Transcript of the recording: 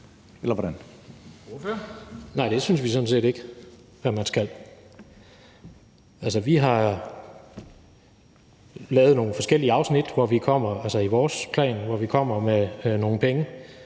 Nej, det synes vi sådan set ikke at man skal. Altså, vi har lavet nogle forskellige afsnit i vores plan, hvor vi kommer med nogle penge,